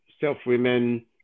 self-women